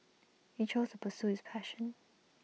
he chose pursue his passion